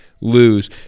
lose